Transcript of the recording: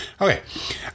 Okay